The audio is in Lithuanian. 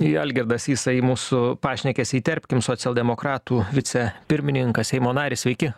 į algirdą sysą į mūsų pašnekesį įterpkim socialdemokratų vicepirmininkas seimo narį sveiki